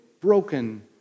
broken